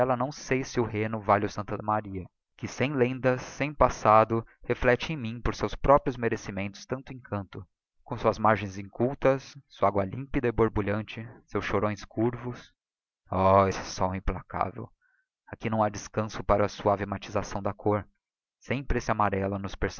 ella não sei si o rheno vale o santa maria que sem lendas sem passado reflecte em mim por seus próprios merecimentos tanto encanto com suas margens incultas sua agua limpida e borbulhante seus chorões curvos oh este sol implacável aqui não ha descanço para uma suave matização da côr sempre este amarello a nos